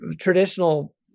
traditional